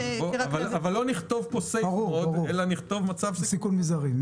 אבל לא נכתוב פה safe mode אלא מצב סיכון מזערי,